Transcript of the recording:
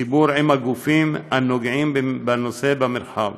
עם הגופים הנוגעים בנושא במרחב.